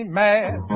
mad